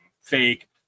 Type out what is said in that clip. fake